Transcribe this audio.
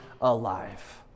alive